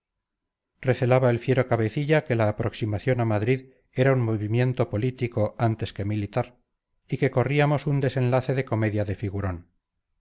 recelaba el fiero cabecilla que la aproximación a madrid era un movimiento político antes que militar y que corríamos a un desenlace de comedia de figurón